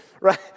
Right